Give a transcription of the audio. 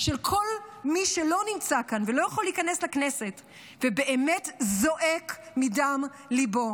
של כל מי שלא נמצא כאן ולא יכול להיכנס לכנסת ובאמת זועק מדם ליבו.